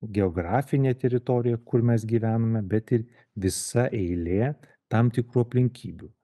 geografinė teritorija kur mes gyvename bet ir visa eilė tam tikrų aplinkybių